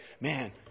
man